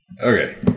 Okay